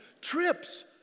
Trips